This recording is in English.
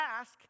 ask